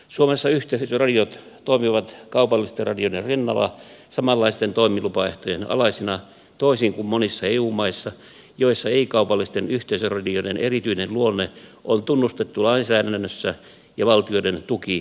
suomessa yhteisöradiot toimivat kaupallisten radioiden rinnalla samanlaisten toimilupaehtojen alaisina toisin kuin monissa eu maissa joissa ei kaupallisten yhteisöradioiden erityinen luonne on tunnustettu lainsäädännössä ja valtioiden tukipolitiikassa